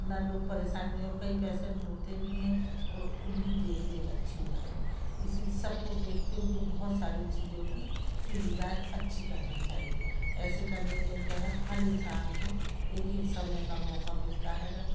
न लोग परेशानियों कई पैसेंट होते भी हैं तो उनकी देख रेख अच्छी हो जाएगी इसलिए सबको देखते हुए बहुत सारी चीज़ों की सुविधाएँ अच्छी करना चाहिए ऐसे करने में क्या है हर इंसान को एक एक समय का मौका मिलता हैगा